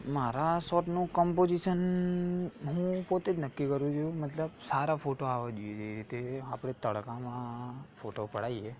મારા શોટનું કોમ્પોઝીશન હું પોતે જ નક્કી કરું છું મતલબ સારા ફોટા આવવા જોઈએ જે રીતે આપણે તડકામાં ફોટો પડાવીએ